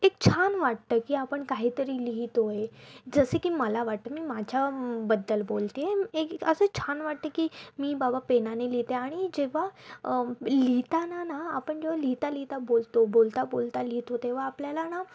एक छान वाटतं की आपण काहीतरी लिहितोय जसे की मला वाटतं मी माझ्याबद्दल बोलते आहे एक असं छान वाटतं की मी बाबा पेनाने लिहिते आणि जेव्हा लिहिताना ना आपण जेव्हा लिहिता लिहिता बोलतो बोलता बोलता लिहितो तेव्हा आपल्याला ना